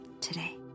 today